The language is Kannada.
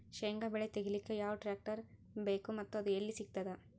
ಶೇಂಗಾ ಬೆಳೆ ತೆಗಿಲಿಕ್ ಯಾವ ಟ್ಟ್ರ್ಯಾಕ್ಟರ್ ಬೇಕು ಮತ್ತ ಅದು ಎಲ್ಲಿ ಸಿಗತದ?